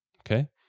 Okay